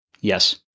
Yes